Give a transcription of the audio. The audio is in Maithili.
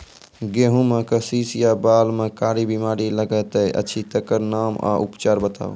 गेहूँमक शीश या बाल म कारी बीमारी लागतै अछि तकर नाम आ उपचार बताउ?